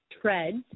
treads